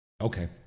Okay